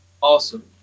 Awesome